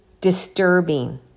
disturbing